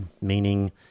meaning